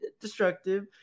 destructive